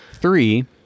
Three